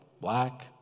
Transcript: black